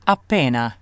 Appena